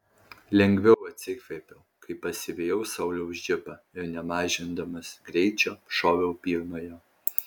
lengviau atsikvėpiau kai pasivijau sauliaus džipą ir nemažindamas greičio šoviau pirma jo